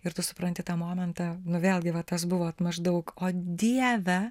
ir tu supranti tą momentą nu vėlgi va tas buvo maždaug o dieve